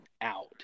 out